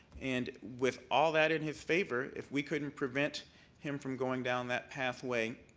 and with all that in his favor, if we couldn't prevent him from going down that pathway,